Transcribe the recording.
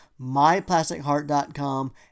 myplasticheart.com